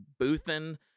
boothin